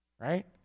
right